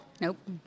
Nope